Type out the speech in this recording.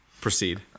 Proceed